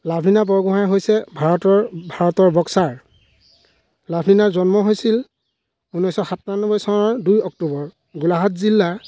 লাভলীনা বৰগোঁহাই হৈছে ভাৰতৰ ভাৰতৰ বক্সাৰ লাভলীনাৰ জন্ম হৈছিল ঊনৈছশ সাতান্নবৈ চনৰ দুই অক্টোবৰ গোলাঘাট জিলাৰ